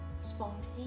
Spontaneous